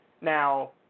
Now